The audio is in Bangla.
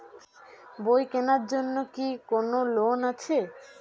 বই কেনার জন্য কি কোন লোন আছে?